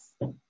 yes